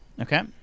Okay